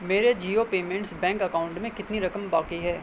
میرے Jio payments bank account میں کتنی رقم باقی ہے